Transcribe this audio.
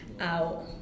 out